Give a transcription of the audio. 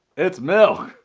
it's milk.